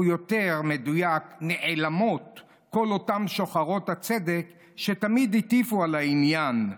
או יותר מדויק נעלמות כל אותן שוחרות הצדק שתמיד הטיפו על העניין.